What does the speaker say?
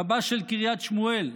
רבה של קריית שמואל,